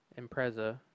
Impreza